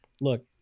look